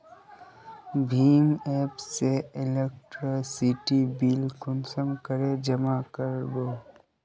भीम app से electricity bill कुंसम करे जमा कर बो?